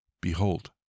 Behold